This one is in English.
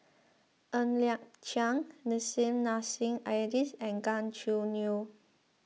Ng Liang Chiang Nissim Nassim Aerdis and Gan Choo Neo